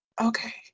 okay